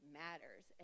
matters